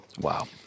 Wow